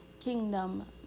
kingdom